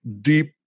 deep